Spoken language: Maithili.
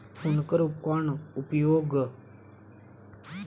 हुनकर उपकरण उपयोगक सुझाव सॅ ओ नीक फसिल उत्पादन कय सकला